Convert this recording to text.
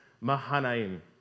Mahanaim